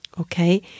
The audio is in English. okay